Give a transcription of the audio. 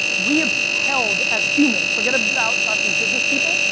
we have held, as humans, forget about us as business people,